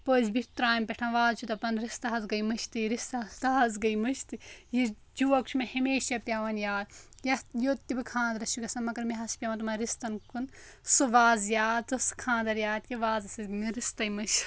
پٔژھ بیٖٹھ ترٛامہِ پٮ۪ٹھ وازٕ چھُ دَپان رِستہٕ حظ گٔیے مٔشتٕے رِستہٕ حظ گٔیے مٔشتٕے یہِ جوک چھُ مےٚ ہمیشہ پٮ۪وان یاد یَتھ یوٚت تہِ بہٕ خاندرَس چھِ گژھان مگر مےٚ حظ چھِ پٮ۪وان تِمَن رِستَن کُن سُہ وازٕ یاد تہٕ سُہ خاندَر یاد کہ وازَس ٲسۍ گٔمٕتۍ رِستَے مٔشیٖت